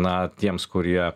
na tiems kurie